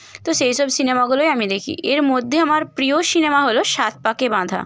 তো সেইসব সিনেমাগুলোই আমি দেখি এর মধ্যে আমার প্রিয় সিনেমা হলো সাতপাকে বাঁধা